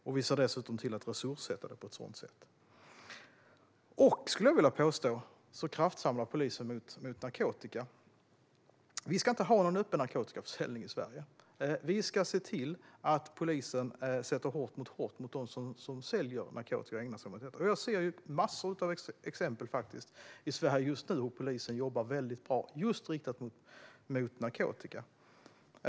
Vi ser dessutom till att resurssätta på så sätt. Jag vill också påstå att polisen kraftsamlar mot narkotika. Vi ska inte ha någon narkotikaförsäljning i Sverige. Vi ska se till att polisen sätter hårt mot hårt mot dem som ägnar sig åt att sälja narkotika. Jag ser massor av exempel i Sverige just nu på hur polisen jobbar väldigt bra riktat mot narkotika.